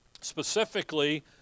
Specifically